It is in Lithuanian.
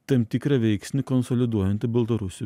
tam tikrą veiksnį konsoliduojantį baltarusių